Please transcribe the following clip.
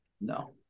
No